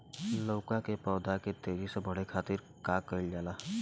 लउका के पौधा के तेजी से बढ़े खातीर का कइल जाला?